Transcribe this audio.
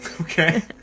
Okay